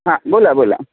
हां बोला बोला